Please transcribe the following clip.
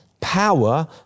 power